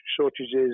shortages